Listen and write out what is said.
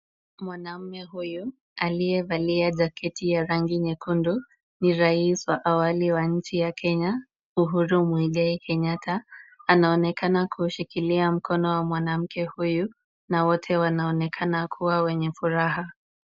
Mwanamme huyu aliyevalia jaketi ya rangi nyekundu ni rais wa awali wa nchi yake, Uhuru Mwigai kenyatta, ana onekana kushikilia mkono wa mwanamke huyu na wote wana onekana kuwa wenye furaha.